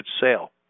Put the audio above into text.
sale